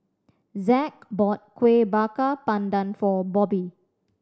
Zack bought Kuih Bakar Pandan for Bobbi